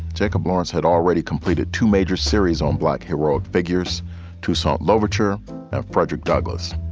jacob lawrence had already completed two major series on black heroic figures to salt louverture frederick douglass,